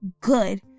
good